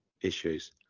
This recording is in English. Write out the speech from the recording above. issues